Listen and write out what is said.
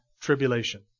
tribulation